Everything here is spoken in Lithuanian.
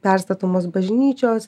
perstatomos bažnyčios